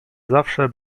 zawsze